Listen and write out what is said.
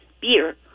Beer